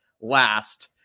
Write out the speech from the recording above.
last